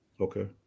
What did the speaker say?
Okay